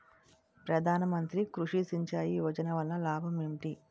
ప్రధాన మంత్రి కృషి సించాయి యోజన వల్ల లాభం ఏంటి?